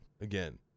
again